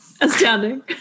Astounding